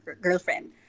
girlfriend